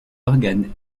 organes